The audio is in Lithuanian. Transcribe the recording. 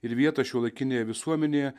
ir vietą šiuolaikinėje visuomenėje